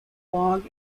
clog